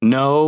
no